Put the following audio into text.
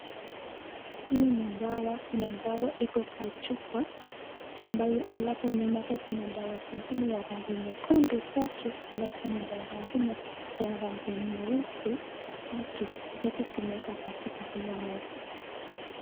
Hii ni dawa kuna dawa iko kwa chupa ambayo alafu nyuma yake kuna dawa zingine ya rangi nyekundu tatu alafu kuna dawa ingine ya rangi nyeusi tatu zote zimewekwa katika hiyo meza.